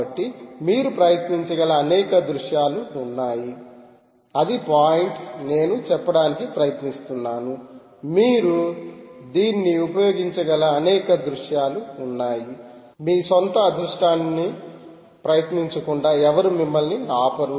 కాబట్టి మీరు ప్రయత్నించగల అనేక దృశ్యాలు ఉన్నాయి అది పాయింట్ నేను చెప్పడానికి ప్రయత్నిస్తున్నాను మీరు దీన్ని ఉపయోగించగల అనేక దృశ్యాలు ఉన్నాయి మీ స్వంత దృష్టాంతాన్ని ప్రయత్నించకుండా ఎవరూ మిమ్మల్ని ఆపరు